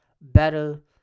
better